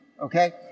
okay